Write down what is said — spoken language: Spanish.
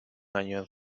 años